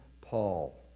Paul